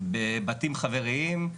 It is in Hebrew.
בבתים חבריים,